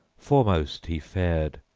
foremost he fared,